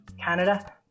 Canada